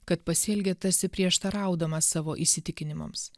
kad pasielgė tarsi prieštaraudamas savo įsitikinimams